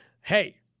hey